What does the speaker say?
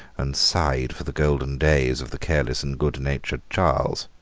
and sighed for the golden days of the careless and goodnatured charles.